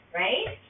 right